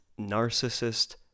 narcissist